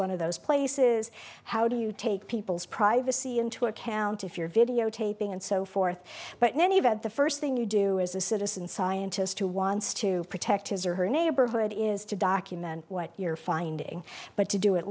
one of those places how do you take people's privacy into account if you're videotaping and so forth but in any event the first thing you do as a citizen scientist who wants to protect his or her neighborhood is to document what you're finding but to